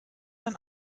ein